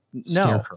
no,